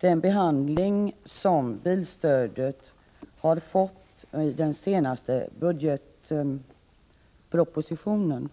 den behandling som frågan om bilstödet har fått i den senaste budgetpropositionen.